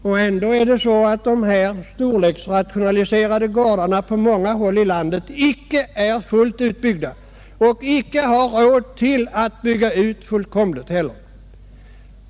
Och ändå är dessa storleksrationaliserade gårdar på mänga häll i landet inte fullt utbyggda och jordbrukarna har inte räd att bygga ut fullständigt heller.